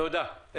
תודה.